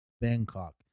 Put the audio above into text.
bangkok